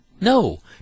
No